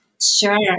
Sure